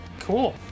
cool